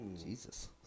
Jesus